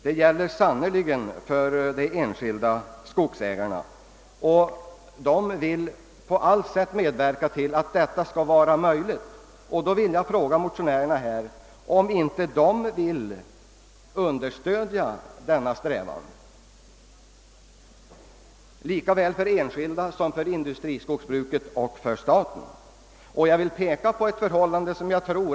Det är helt klart att de privata skogsägarna lika väl som alla i vårt samhälle vill skapa trygga arbetsförhållanden. Då vill jag fråga motionärerna, om de vill understödja de enskilda skogsägarnas strävan att göra detta möjligt.